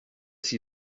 see